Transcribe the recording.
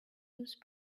use